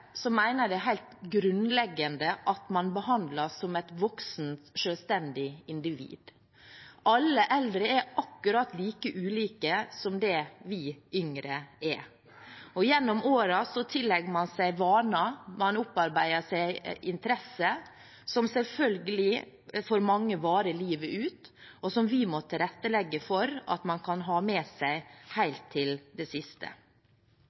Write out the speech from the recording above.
det helt grunnleggende at man behandles som et voksent, selvstendig individ. Alle eldre er akkurat like ulike som vi yngre er, og gjennom årene tillegger man seg vaner og opparbeider seg interesser som for mange selvfølgelig varer livet ut, og som vi må tilrettelegge for at man kan ha med seg helt til det siste.